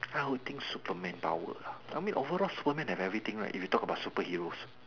I would think Superman power lah I mean overall Superman has everything right if you talk about superheroes